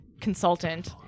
consultant